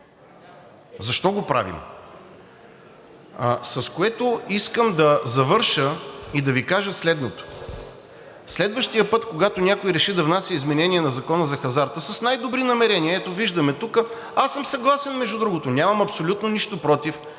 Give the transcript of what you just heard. Защо го правим? С което искам да завърша и да Ви кажа следното: следващият път, когато някой реши да внася изменение на Закона за хазарта с най-добри намерения – ето, виждаме тук, аз съм съгласен, между другото, нямам абсолютно нищо против,